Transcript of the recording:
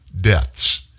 Deaths